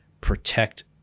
protect